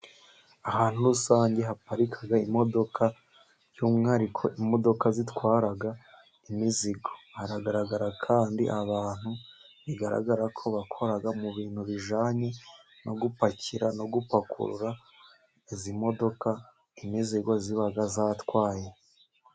Ahantu rusange haparika imodoka by'umwihariko imodoka zitwara imizigo, haragaragara kandi abantu bigaragara ko bakora mu bintu bijye no gupakira no gupakurura izi modoka imizigo ziba zatwaye.